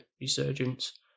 resurgence